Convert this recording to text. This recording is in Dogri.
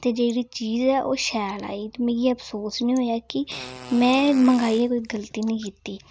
ते जेह्ड़ी चीज़ ऐ ओह् शैल आई ते मिगी अफसोस नि होएया कि में मंगाइयै कोई गलती नी कीती